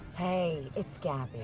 hey, it's gabi.